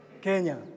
Kenya